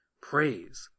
praise